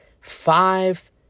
five